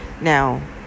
now